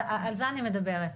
על זה אני מדברת,